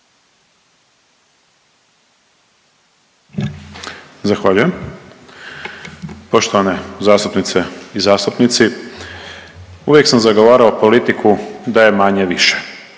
Zahvaljujem. Poštovane zastupnice i zastupnici uvijek sam zagovarao politiku da je manje-više.